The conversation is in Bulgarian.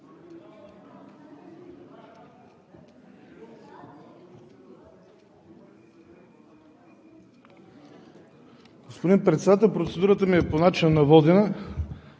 Господин Председател, процедурата ми е по начина на водене